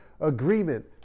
agreement